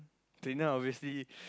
trainer obviously